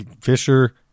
fisher